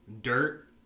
Dirt